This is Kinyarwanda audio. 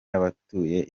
y’abatuye